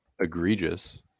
egregious